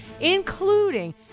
including